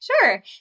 Sure